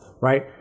right